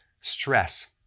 stress